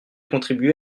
contribué